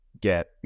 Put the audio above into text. get